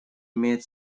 имеет